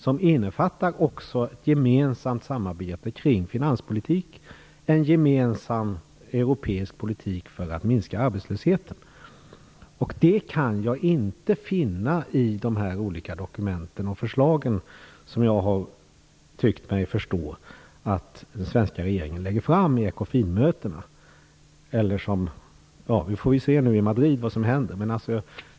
Den innefattar också samarbete kring finanspolitiken, en gemensam europeisk politik för att minska arbetslösheten. Det kan jag inte finna i de olika dokument och förslag som jag har tyckt mig förstå att den svenska regeringen lägger fram i Ecofinmöten. Vi får se vad som händer i Madrid.